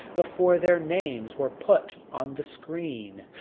before their names were put on the screen,